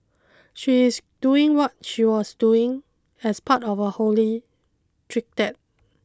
she is doing what she was doing as part of a holy